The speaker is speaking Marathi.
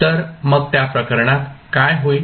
तर मग त्या प्रकरणात काय होईल